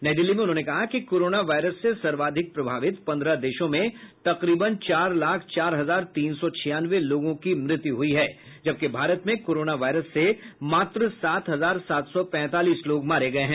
नई दिल्ली में उन्होंने कहा कि कोरोना वायरस से सर्वाधिक प्रभावित पन्द्रह देशों में तकरीबन चार लाख चार हजार तीन सौ छियानवे लोगों की मृत्यु हुई है जबकि भारत में कोरोना वायरस से मात्र सात हजार सात सौ पैंतालीस लोग मारे गए हैं